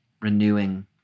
renewing